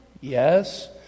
Yes